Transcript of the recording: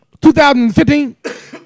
2015